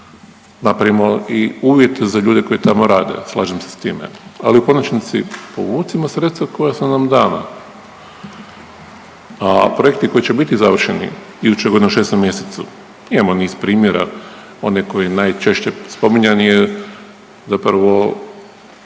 Napravimo i uvid za ljude koji tamo rade, slažem se sa time ali u konačnici povucimo sredstva koja su nam dana. A projekti koji će biti završeni iduće godine u 6 mjesecu imamo niz primjera. Onaj koji je najčešće spominjan je zapravo